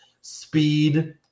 speed